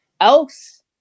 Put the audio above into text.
else